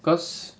cause